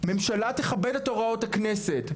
שהממשלה תכבד את הוראות הכנסת.